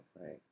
right